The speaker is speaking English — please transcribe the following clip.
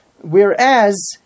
Whereas